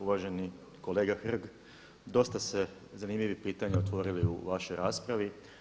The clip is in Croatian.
Uvaženi kolega Hrg, dosta ste zanimljivih pitanja otvorili u vašoj raspravi.